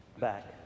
back